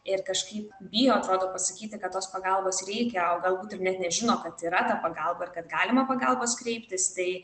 ir kažkaip bijo atrodo pasakyti kad tos pagalbos reikia o galbūt ir net nežino kad yra ta pagalba ir kad galima pagalbos kreiptis tai